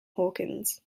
hawkins